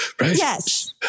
Yes